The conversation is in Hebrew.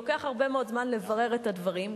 לוקח הרבה מאוד זמן לברר את הדברים,